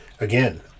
Again